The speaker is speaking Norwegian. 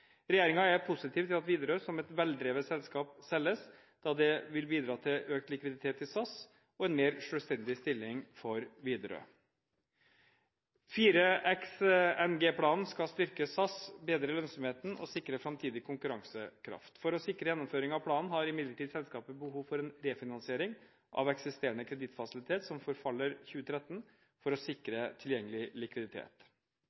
er positiv til at Widerøe, som er et veldrevet selskap, selges, da dette vil bidra til økt likviditet i SAS og en mer selvstendig stilling for Widerøe. 4XNG-planen skal styrke SAS, bedre lønnsomheten og sikre framtidig konkurransekraft. For å sikre gjennomføring av planen har imidlertid selskapet behov for en refinansiering av eksisterende kredittfasilitet som forfaller 2013 for å